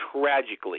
tragically